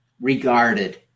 regarded